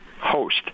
host